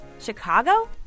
Chicago